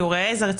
שיעורי עזר,